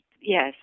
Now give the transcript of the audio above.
yes